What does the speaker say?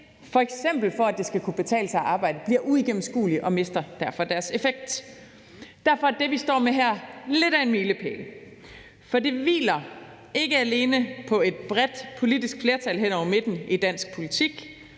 f.eks. for at det skal kunne betale sig arbejde, bliver uigennemskuelige og mister derfor deres effekt. Derfor er det, vi står med her, lidt af en milepæl, for det hviler ikke alene på et bredt politisk flertal hen over midten i dansk politik,